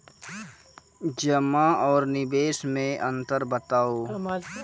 जमा आर निवेश मे अन्तर बताऊ?